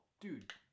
dude